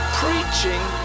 preaching